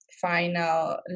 final